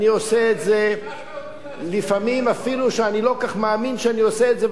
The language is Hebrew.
אני עושה את זה לפעמים אפילו שאני לא כל כך מאמין שאני עושה את זה,